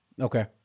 Okay